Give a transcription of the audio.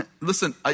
Listen